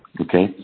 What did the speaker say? Okay